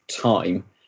time